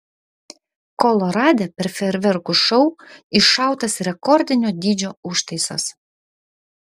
kolorade per fejerverkų šou iššautas rekordinio dydžio užtaisas